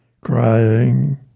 crying